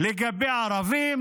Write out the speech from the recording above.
לגבי ערבים,